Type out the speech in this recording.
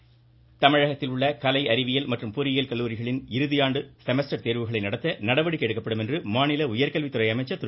அன்பழகன் தமிழகத்தில் உள்ள கலை அறிவியல் மற்றும் பொறியியல் கல்லூரிகளின் இறுதியாண்டு செமஸ்டர் தேர்வு நடத்த நடவடிக்கை எடுக்கப்படும் என மாநில உயர்கல்வித்துறை அமைச்சர் திரு